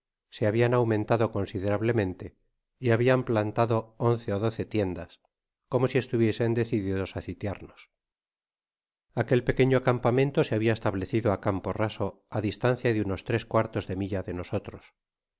se habian aumentado considera blemente y habian plantado once ó doee tiendas como si estuviesen decididos á sitiarnos aquel pequeño campamento se habia establecido á campo raso á la distancia de unos tres cuartos de milla de nosotros